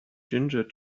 ginger